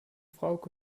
frauke